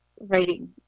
writing